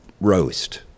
roast